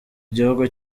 gihugu